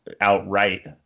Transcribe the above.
outright